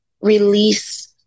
release